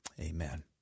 Amen